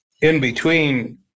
in-between